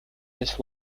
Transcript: this